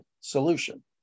solution